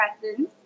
presence